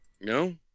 No